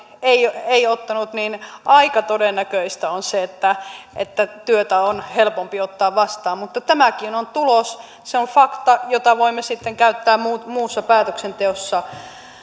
ei ei ottanut niin aika todennäköistä on se että että työtä on helpompi ottaa vastaan mutta tämäkin on tulos se on fakta jota voimme sitten käyttää muussa muussa päätöksenteossa